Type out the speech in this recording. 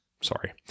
sorry